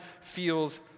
feels